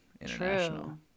International